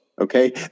okay